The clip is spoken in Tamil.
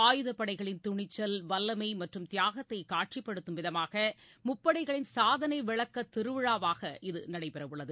ஆயுதப்படைகளின் துணிச்சல் வல்லமை மற்றும் தியாகத்தை காட்சிப்படுத்தும் விதமாக முப்படைகளின் சாதனை விளக்கத் திருவிழாவாக இது நடைபெறவுள்ளது